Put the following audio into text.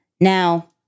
Now